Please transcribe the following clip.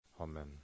Amen